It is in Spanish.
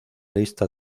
lista